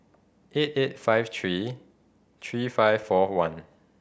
eight eight five three three five four one